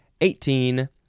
eighteen